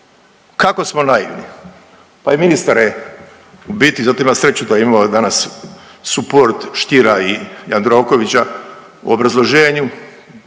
Kako smo naivni. Pa i ministar je u biti zato ima sreću da je imao danas suport Stiera i Jandrokovića u obrazloženju